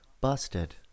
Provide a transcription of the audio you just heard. busted